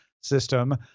system